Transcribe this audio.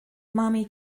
mommy